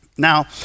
Now